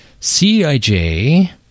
CIJ